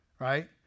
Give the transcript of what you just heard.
Right